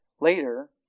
Later